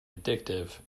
addictive